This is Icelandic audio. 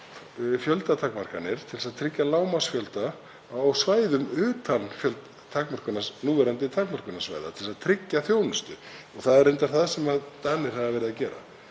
fjöldatakmarkanir til að tryggja lágmarksfjölda á svæðum utan núverandi takmörkunarsvæða til að tryggja þjónustu. Það er reyndar það sem Danir hafa verið að gera.